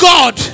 God